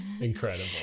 Incredible